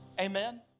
Amen